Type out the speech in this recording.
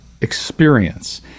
experience